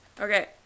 Okay